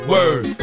Word